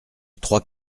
trois